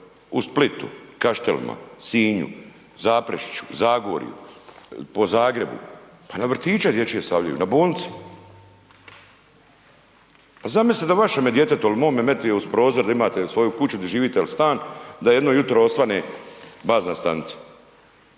U Splitu, Kaštelima, Sinju, Zaprešiću, Zagorju, po Zagrebu. Pa na vrtiće dječje stavljaju, na bolnice. Pa zamislite da vašem djetetu ili mome metiju uz prozor di imate svoju kuću, di živite ili stan, da jedno jutro osvane bazna stanica.